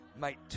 mate